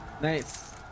Nice